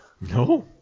No